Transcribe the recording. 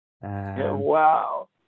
Wow